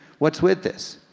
what's with this?